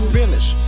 finish